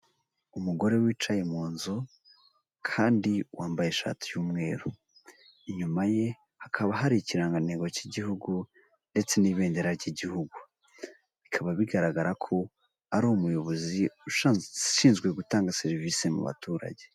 Umugore wicaye mu nzu kandi wambaye ishati y'umweru, inyuma ye hakaba hari ikirangantego cy'igihugu ndetse n'ibendera ry'igihugu, bikaba bigaragara ko ari umuyobozi ushinzwe gutanga serivise mu baturage.